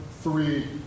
three